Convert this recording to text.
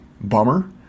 bummer